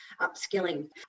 upskilling